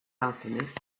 alchemists